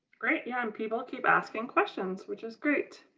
great. yeah um people keep asking questions which is great.